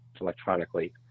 electronically